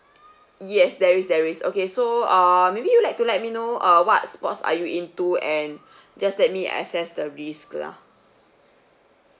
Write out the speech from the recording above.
yes there is there is okay so err maybe you'd like to let me know uh what sports are you into and just let me assess the risk lah